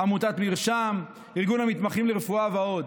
עמותת מרשם, ארגון המתמחים לרפואה ועוד.